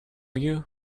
you